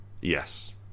Yes